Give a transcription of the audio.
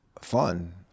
fun